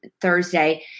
Thursday